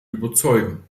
überzeugen